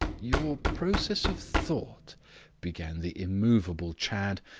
your process of thought began the immovable chadd,